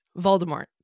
Voldemort